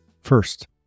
First